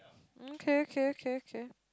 okay okay okay okay